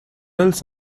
else